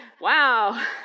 wow